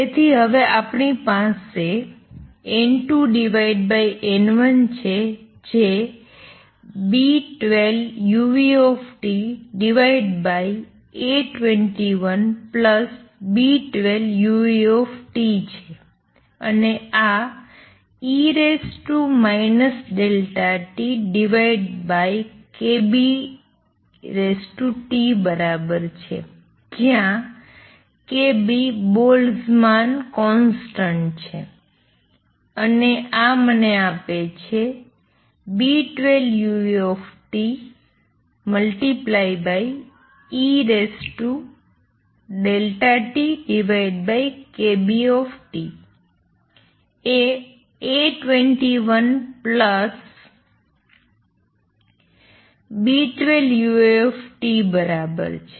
તેથી હવે આપણી પાસે N2N1 છે જે B12uTA21B12uT છે અને આ e ΔEkBTબરાબર છે જ્યાં kB બોલ્ટ્ઝમાન કોંસ્ટંટ છે અને આ મને આપે છે B12uT eΔEkBT એ A21B12uT બરાબર છે